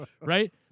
Right